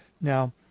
Now